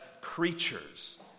creatures